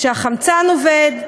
שהחמצן עובד,